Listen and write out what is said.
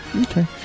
Okay